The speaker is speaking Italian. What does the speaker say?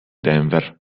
denver